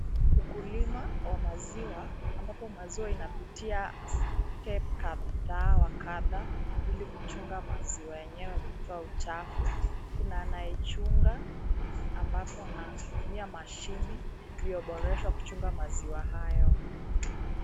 Ukilima wa maziwa ambapo maziwa inapitia step kadhaa wa kadhaa ili luchunga maziwa yenyewe kutoa uchafu kuna anayechunga ambapo anatumia mashine iliyoboreshwa kuchunga maziwa hayo.